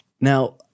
Now